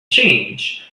change